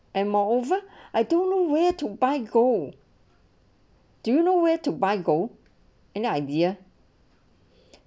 and moreover I don't know where to buy gold do you know where to buy gold any idea